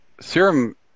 serum